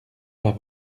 bas